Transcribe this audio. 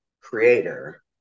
creator